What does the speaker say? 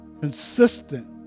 consistent